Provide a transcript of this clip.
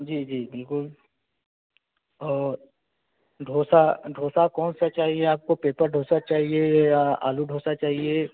जी जी बिल्कुल और डोसा डोसा कौन सा चाहिए आपको पेपर डोसा चाहिए या आलू डोसा चाहिए